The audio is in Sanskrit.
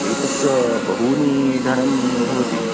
एतत् बहूनि धनं भवति